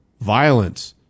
violence